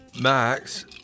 Max